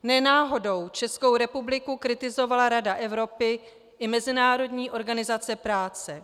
Ne náhodou Českou republiku kritizovala Rada Evropy i Mezinárodní organizace práce.